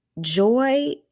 joy